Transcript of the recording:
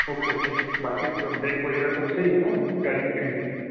okay okay बाकी ब्र brake वगैरह सब सही हैं ना गाड़ी की कंडीशन